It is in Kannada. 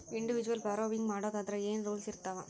ಇಂಡಿವಿಜುವಲ್ ಬಾರೊವಿಂಗ್ ಮಾಡೊದಾದ್ರ ಏನ್ ರೂಲ್ಸಿರ್ತಾವ?